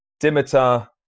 Dimitar